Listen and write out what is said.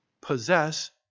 possess